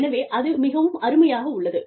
எனவே அது மிகவும் அருமையாக உள்ளது